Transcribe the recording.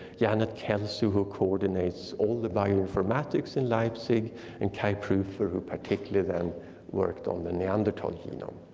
janet kelso who coordinates all the bioinformatics in leipzig and kay prufer who particularly then worked on the neanderthal genome.